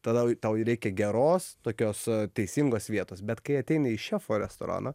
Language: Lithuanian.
tada tau reikia geros tokios teisingos vietos bet kai ateina į šefo restoraną